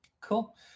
Cool